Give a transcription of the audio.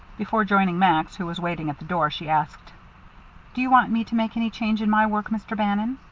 before joining max, who was waiting at the door, she asked do you want me to make any change in my work, mr. bannon?